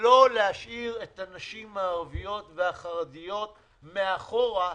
לא להשאיר את הנשים הערביות והחרדיות מאחורה,